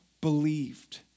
believed